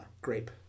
grape